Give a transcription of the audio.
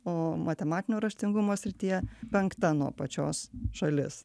o matematinio raštingumo srityje penkta nuo apačios šalis